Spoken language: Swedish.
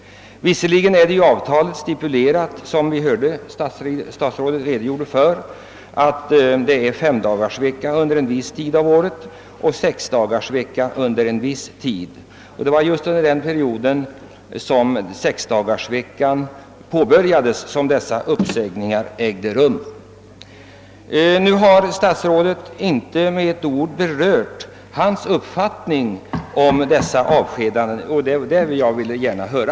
I avtalet stipuleras, som statsrådet redogjorde för, att arbetsveckan utgör fem dagar under en viss tid av året och sex dagar under den återstående tiden. Det var just under den period då sexdagarsveckorna påbörjades som dessa uppsägningar ägde rum. Jag konstaterar att statsrådet inte med ett ord redogjort för sin åsikt om dessa avskedanden, och den åsikten skulle jag gärna vilja höra.